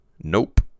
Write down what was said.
Nope